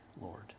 Lord